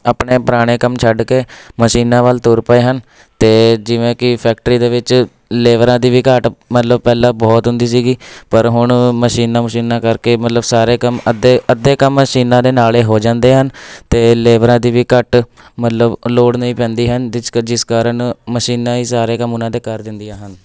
ਆਪਣੇ ਪੁਰਾਣੇ ਕੰਮ ਛੱਡ ਕੇ ਮਸ਼ੀਨਾਂ ਵੱਲ ਤੁਰ ਪਏ ਹਨ ਅਤੇ ਜਿਵੇਂ ਕਿ ਫੈਕਟਰੀ ਦੇ ਵਿੱਚ ਲੇਬਰਾਂ ਦੀ ਵੀ ਘਾਟ ਮਤਲਬ ਪਹਿਲਾਂ ਬਹੁਤ ਹੁੰਦੀ ਸੀਗੀ ਪਰ ਹੁਣ ਮਸ਼ੀਨਾਂ ਮਸ਼ੀਨਾਂ ਕਰਕੇ ਮਤਲਬ ਸਾਰੇ ਕੰਮ ਅੱਧੇ ਅੱਧੇ ਕੰਮ ਮਸ਼ੀਨਾਂ ਦੇ ਨਾਲ਼ ਏ ਹੋ ਜਾਂਦੇ ਹਨ ਅਤੇ ਲੇਬਰਾਂ ਦੀ ਵੀ ਘੱਟ ਮਤਲਬ ਲੋੜ ਨਹੀਂ ਪੈਂਦੀ ਹਨ ਜਿਸ ਕ ਜਿਸ ਕਾਰਨ ਮਸ਼ੀਨਾਂ ਹੀ ਸਾਰੇ ਕੰਮ ਉਹਨਾਂ ਦੇ ਕਰ ਦਿੰਦੀਆਂ ਹਨ